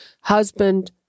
husband